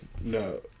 No